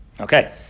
Okay